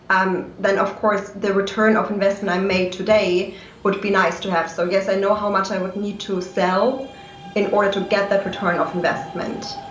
um then of course, the return of investment i made today would be nice to have, so yes, i know how much i would need to sell in order to get that return of investment.